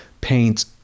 paint